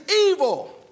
evil